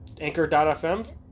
anchor.fm